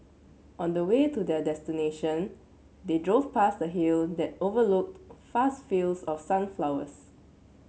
on the way to their destination they drove past a hill that overlooked fast fields of sunflowers